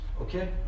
Okay